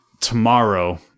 tomorrow